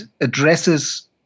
addresses